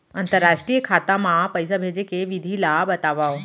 अंतरराष्ट्रीय खाता मा पइसा भेजे के विधि ला बतावव?